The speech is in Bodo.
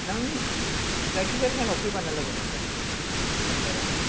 नों जायखि जाया टाइमाव फैबानो लोगो मोनगोन आंनि चेमबारावनो